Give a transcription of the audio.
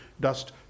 dust